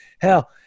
Hell